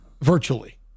virtually